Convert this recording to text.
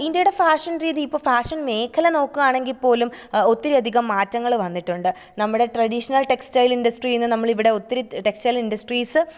ഇന്ത്യയുടെ ഫാഷൻ രീതി ഇപ്പോൾ ഫാഷൻ മേഖല നോക്കുകയാണെങ്കിൽ പോലും ഒത്തിരി അധികം മാറ്റങ്ങള് വന്നിട്ടുണ്ട് നമ്മുടെ ട്രഡീഷണൽ ടെക്സ്റ്റൈൽ ഇൻഡസ്ട്രീ എന്ന് നമ്മളിവിടെ ഒത്തിരി ടെക്സ്റ്റൈൽ ഇൻഡസ്ട്രീസ്സ്